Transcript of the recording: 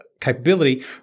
capability